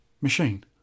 machine